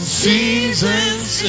seasons